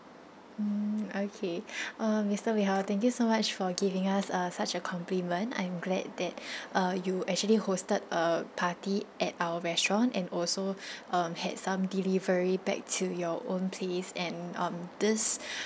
mm okay uh mister wei hao thank you so much for giving us uh such a compliment I am glad that uh you actually hosted a party at our restaurant and also um had some delivery back to your own place and um this